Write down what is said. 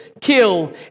kill